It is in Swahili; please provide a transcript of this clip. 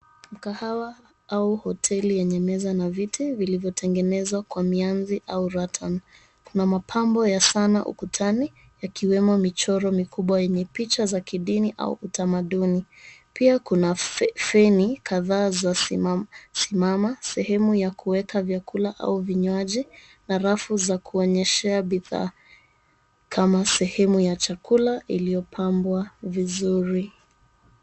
Mkahawa au hoteli yenye meza na viti vilivyotengenezwa kwa mianzi au ratani kuna mapambo ya sana ukutani yakiwemo michoro kubwa zenye picha za kidini au utamaduni. Pia kuna feni kadhaa zimesimama sehemu za kuwekea vyakula au vinywaji na rafu za kuonyeshea bidhaa kama sehemu ya chakula iliyopambwa vizuri.